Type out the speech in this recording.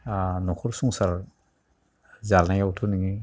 नखर संसार जानायावथ' नोङो